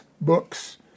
books